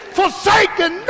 forsaken